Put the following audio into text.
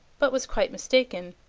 but was quite mistaken,